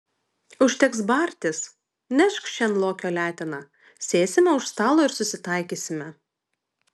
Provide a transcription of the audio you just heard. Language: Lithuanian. užteks bartis nešk šen lokio leteną sėsime už stalo ir susitaikysime